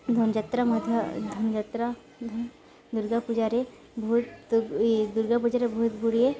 ଧନୁଯାତ୍ରା ମଧ୍ୟ ଧନୁଯାତ୍ରା ଦୁର୍ଗା ପୂଜାରେ ବହୁତ ଏ ଦୁର୍ଗା ପୂଜାରେ ବହୁତଗୁଡ଼ିଏ